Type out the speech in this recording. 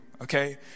okay